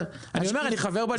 כן, אני אומר אני חבר בליכוד.